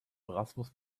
erasmus